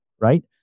right